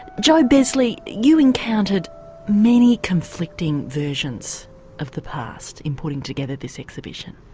jo besley, you encountered many conflicting versions of the past in putting together this exhibition.